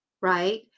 Right